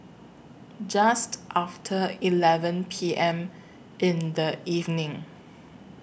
Just after eleven P M in The evening